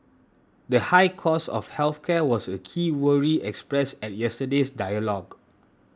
the high cost of health care was a key worry expressed at yesterday's dialogue